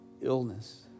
Illness